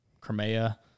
Crimea